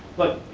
look,